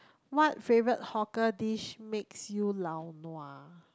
what favourite hawker dish makes you lao nua